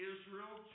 Israel